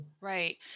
Right